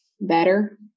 better